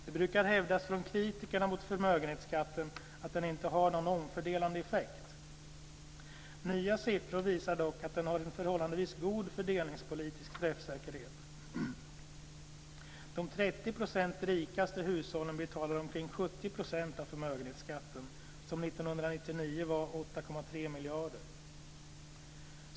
Det brukar hävdas från kritikerna mot förmögenhetsskatten att den inte har någon omfördelande effekt. Nya siffror visar dock att den har en förhållandevis god fördelningspolitisk träffsäkerhet. De rikaste 30 procenten av hushållen betalar omkring 70 % av förmögenhetsskatten, som 1999 var 8,3 miljarder.